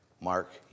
Mark